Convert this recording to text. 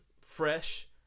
fresh